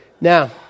Now